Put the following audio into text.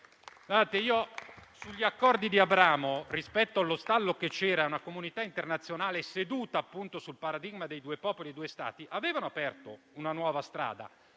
Gli Accordi di Abramo, rispetto allo stallo che c'era e a una comunità internazionale seduta sul paradigma dei "due popoli, due stati", avevano aperto una nuova strada